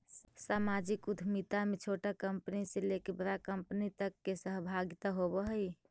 सामाजिक उद्यमिता में छोटा कंपनी से लेके बड़ा कंपनी तक के सहभागिता होवऽ हई